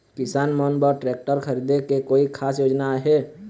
किसान मन बर ट्रैक्टर खरीदे के कोई खास योजना आहे?